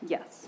Yes